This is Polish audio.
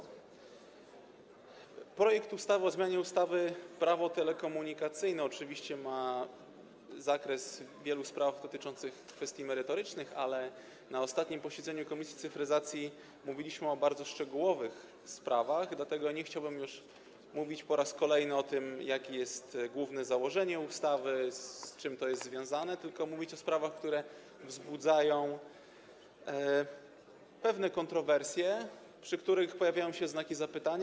Jeśli chodzi o zakres projektu ustawy o zmianie ustawy Prawo telekomunikacyjne, jest to oczywiście wiele spraw dotyczących kwestii merytorycznych, ale na ostatnim posiedzeniu komisji cyfryzacji mówiliśmy o bardzo szczegółowych sprawach, dlatego nie chciałbym już po raz kolejny mówić o tym, jakie jest główne założenie ustawy, z czym to jest związane, tylko chcę mówić o sprawach, które wzbudzają pewne kontrowersje, przy których pojawiają się znaki zapytania.